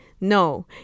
no